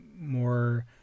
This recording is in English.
more